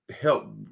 help